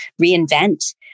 reinvent